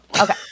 Okay